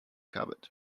covered